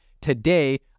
Today